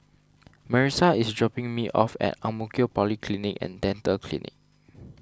Marissa is dropping me off at Ang Mo Kio Polyclinic and Dental Clinic